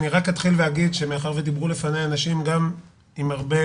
אתחיל ואגיד שמאחר ודיברו מלפני אנשים גם עם הרבה